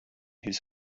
his